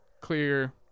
clear